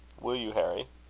will you, harry?